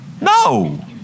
No